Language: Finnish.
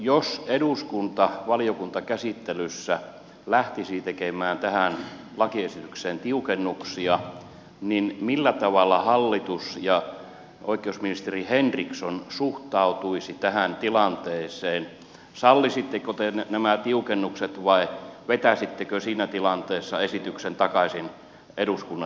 jos eduskunta valiokuntakäsittelyssä lähtisi tekemään tähän lakiesitykseen tiukennuksia niin millä tavalla hallitus ja oikeusministeri henriksson suhtautuisivat tähän tilanteeseen sallisitteko te nämä tiukennukset vai vetäisittekö siinä tilanteessa esityksen takaisin eduskunnasta pois